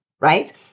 Right